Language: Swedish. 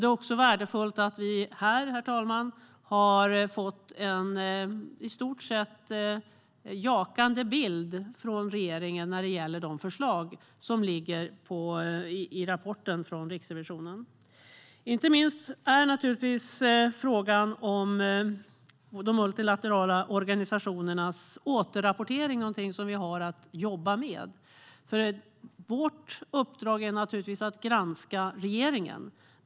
Det är också värdefullt att vi här har fått en i stort sett jakande bild från regeringen när det gäller de förslag som finns i rapporten från Riksrevisionen. Inte minst är frågan om de multilaterala organisationernas återrapportering någonting som vi har att jobba med. Vårt uppdrag är att granska regeringen.